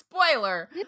spoiler